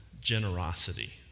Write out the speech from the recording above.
generosity